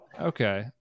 Okay